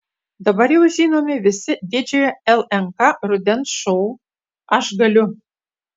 dabar jau žinomi visi didžiojo lnk rudens šou aš galiu